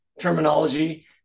terminology